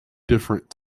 different